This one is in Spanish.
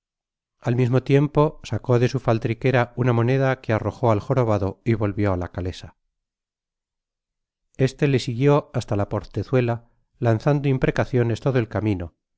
al mismo tiempo sacó de su faltriquera una moneda que arrojó al jorobado y volvió á la calesa este le siguió hasta la portezuela lanzando imprecaciones todo el camino y